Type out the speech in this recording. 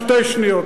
שתי שניות,